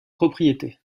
propriété